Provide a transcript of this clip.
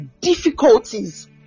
difficulties